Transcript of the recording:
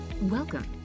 Welcome